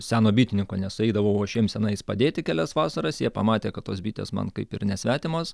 seno bitininko nes eidavau aš jiems senais padėti jiems kelias vasaras jie pamatė kad tos bitės man kaip ir nesvetimos